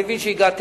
אני מבין שהגעתם